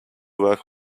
work